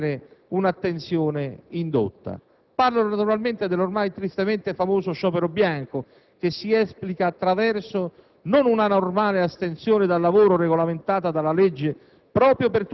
come un mezzuccio per ottenere una attenzione indotta. Parlo, naturalmente, dell'oramai tristemente famoso «sciopero bianco», che si esplica attraverso